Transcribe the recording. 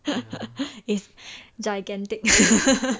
it's gigantic